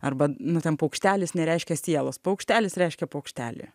arba na ten paukštelis nereiškia sielos paukštelis reiškia paukštelį